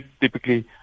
typically